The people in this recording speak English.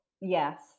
Yes